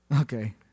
Okay